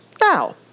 now